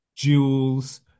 jewels